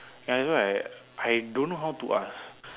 ya that's why I don't know how to ask